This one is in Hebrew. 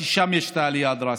כי שם יש עלייה דרסטית,